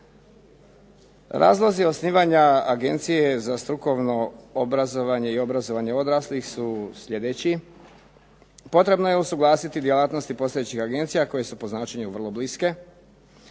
Razlozi osnivanja Agencije za strukovno obrazovanje i obrazovanje odraslih su sljedeći, potrebno je usuglasiti djelatnosti postojećih agencija koje su po značenju vrlo bliske,